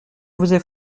vous